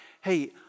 hey